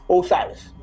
Osiris